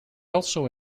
also